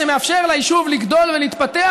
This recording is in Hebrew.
שמאפשר ליישוב לגדול ולהתפתח,